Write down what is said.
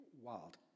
wild